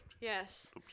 Yes